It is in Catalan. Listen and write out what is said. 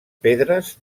pedres